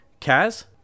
Kaz